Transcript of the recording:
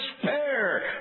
despair